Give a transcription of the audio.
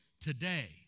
Today